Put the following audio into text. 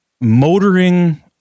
motoring